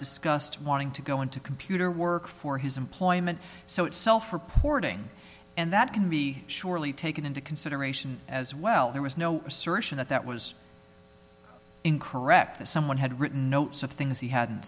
discussed wanting to go into computer work for his employment so itself reporting and that can be surely taken into consideration as well there was no assertion that that was incorrect that someone had written notes of things he hadn't